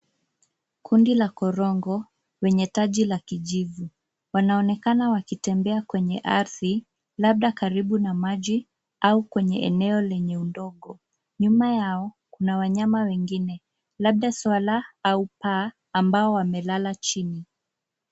Kundi la korongo wenye taji la kijivu, wanaonekana wakitembea kwenye ardhi ,labda karibu na maji au kwenye eneo lenye udongo. Nyuma yao kuna wanyama wengine .Labda swara au paa ambao wamelala chini.